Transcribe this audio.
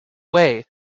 way